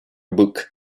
book